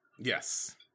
Yes